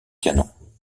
canon